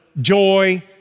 joy